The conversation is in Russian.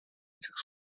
этих